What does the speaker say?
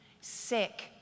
sick